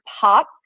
pop